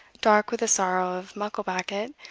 dark with the sorrow of mucklebackit,